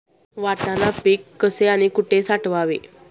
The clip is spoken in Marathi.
वाटाणा पीक कसे आणि कुठे साठवावे?